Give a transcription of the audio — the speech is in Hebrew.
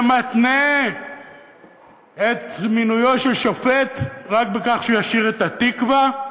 שמתנה את מינויו של שופט רק בכך שישיר את "התקווה".